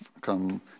come